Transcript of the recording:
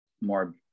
more